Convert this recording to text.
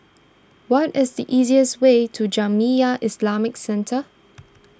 what is the easiest way to Jamiyah Islamic Centre